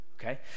okay